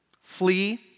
Flee